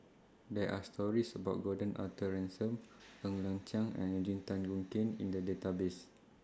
There Are stories about Gordon Arthur Ransome Ng Ng Chiang and Eugene Tan Boon Kheng in The Database